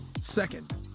Second